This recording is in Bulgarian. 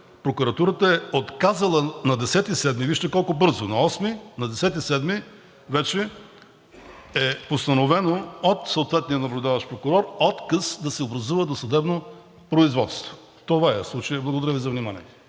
прокуратурата е отказала на 10 юли, вижте колко бързо – на 8-и, на 10 юли вече е постановен от съответния наблюдаващ прокурор отказ да се образува досъдебно производство. Това е случаят. Благодаря Ви за вниманието.